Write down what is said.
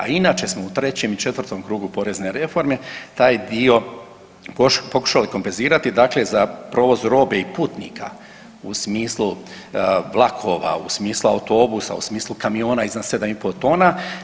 A inače smo u 3 i 4 krugu porezne reforme taj dio pokušali kompenzirati dakle za provoz robe i putnika u smislu vlakova, u smislu autobusa, u smislu kamiona iznad 7,5 tona.